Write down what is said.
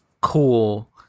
cool